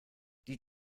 die